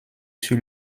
sur